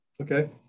Okay